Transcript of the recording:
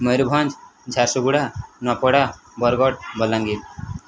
Mayurbhanj Jharsuguda Nuapada Bargarh Balangir